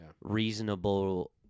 Reasonable